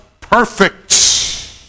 perfect